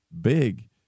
big